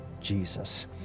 Jesus